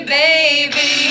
baby